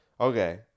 okay